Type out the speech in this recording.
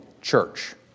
church